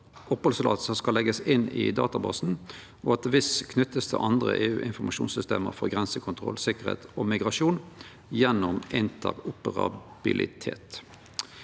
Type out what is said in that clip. opphaldsløyve skal leggjast inn i databasen, og at VIS vert knytt til andre EU-informasjonssystem for grensekontroll, sikkerheit og migrasjon gjennom interoperabilitet.